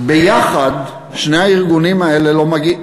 ביחד שני הארגונים האלה לא מגיעים,